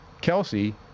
Kelsey